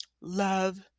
love